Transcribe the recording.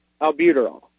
albuterol